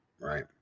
Right